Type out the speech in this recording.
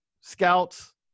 scouts